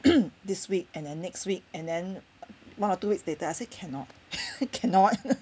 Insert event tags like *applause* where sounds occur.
*coughs* this week and then next week and then one or two weeks later I say cannot cannot